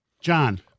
John